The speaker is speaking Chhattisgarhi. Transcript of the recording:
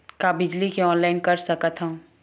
का बिजली के ऑनलाइन कर सकत हव?